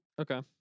okay